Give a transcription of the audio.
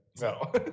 No